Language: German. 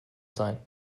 sein